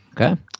Okay